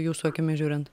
jūsų akimis žiūrint